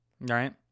Right